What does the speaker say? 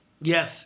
Yes